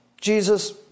Jesus